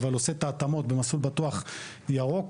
אבל עושה את ההתאמות ב"מסלול בטוח ירוק".